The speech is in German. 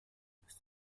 bis